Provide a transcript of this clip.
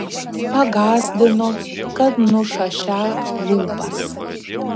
pagąsdino kad nušašią lūpas